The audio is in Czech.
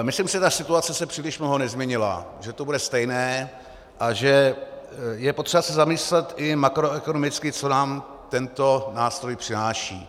Myslím, že ta situace se příliš mnoho nezměnila, že to bude stejné a že je potřeba se zamyslet i makroekonomicky, co nám tento nástroj přináší.